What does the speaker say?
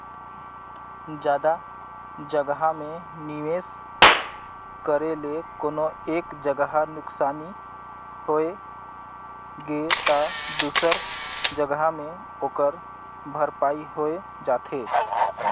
जादा जगहा में निवेस करे ले कोनो एक जगहा नुकसानी होइ गे ता दूसर जगहा में ओकर भरपाई होए जाथे